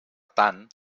tant